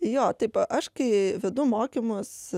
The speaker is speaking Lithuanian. jo taip aš kai vedu mokymus